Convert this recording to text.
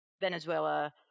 Venezuela